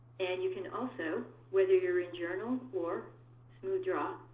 and you can also, whether you're in journal or smoothdraw,